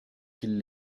qu’il